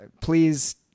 please